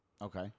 Okay